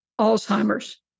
Alzheimer's